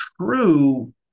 true